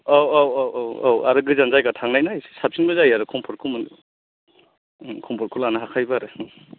औ औ औ औ औ आरो गोजान जायगा थांनायना एसे साबसिनबो जायो आरो कम्फर्ट खौ मोनबा कम्फर्ट खौ लानो हाखायोबा आरो